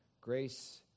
Grace